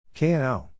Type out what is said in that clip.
KNO